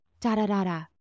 da-da-da-da